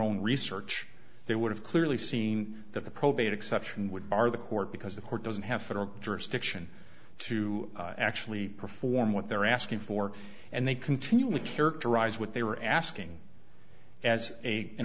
own research they would have clearly seen that the probate exception would bar the court because the court doesn't have federal jurisdiction to actually perform what they're asking for and they continually characterize what they were asking as a an